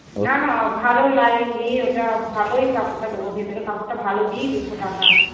না না ভালো লাইনিং দিয়ে ওটা ভালই কাপড়টা দেব ভেতরে কাপড়টা ভালো দিয়েই দুশো টাকা